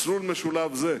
מסלול משולב זה,